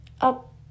up